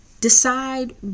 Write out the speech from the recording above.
decide